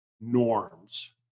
norms